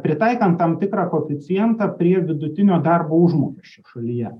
pritaikant tam tikrą koeficientą prie vidutinio darbo užmokesčio šalyje